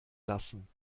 lassen